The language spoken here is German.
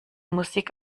musik